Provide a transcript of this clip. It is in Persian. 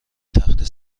تخته